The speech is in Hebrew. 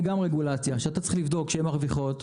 גם רגולציה שאתה צריך לבדוק שהן מרוויחות,